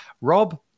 Rob